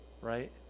right